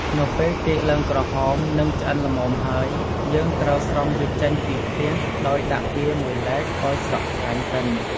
នៅពេលចេកឡើងក្រហម និងឆ្អិនល្មមហើយ យើងត្រូវស្រង់វាចេញពីខ្ទះ ដោយដាក់វាមួយឡែកឲ្យស្រក់ខ្លាញ់សិន។